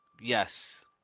Yes